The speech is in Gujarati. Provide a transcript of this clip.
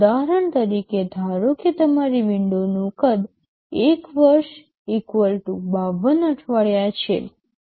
ઉદાહરણ તરીકે ધારો કે તમારી વિન્ડોનું કદ ૧ વર્ષ ૫૨ અઠવાડિયા છે